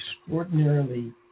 extraordinarily